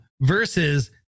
Versus